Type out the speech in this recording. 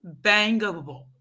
bangable